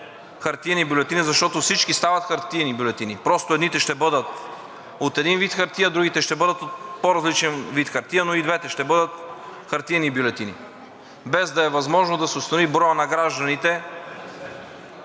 хартиени бюлетини, защото всички стават хартиени бюлетини – просто едните ще бъдат от един вид хартия, другите ще бъдат от по-различен вид хартия, но и двете ще бъдат хартиени бюлетини, без да е възможно да се установи броят на гражданите,